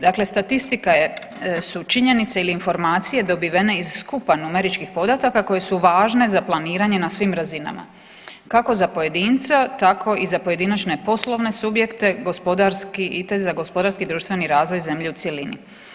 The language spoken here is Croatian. Dakle, statistika je, su činjenice ili informacije dobivene iz skupa numeričkih podataka koje su važne za planiranje na svim razinama, kako za pojedinca tako i za pojedinačne poslovne subjekte, gospodarski i te za gospodarski i društveni razvoj zemlje u cjelini.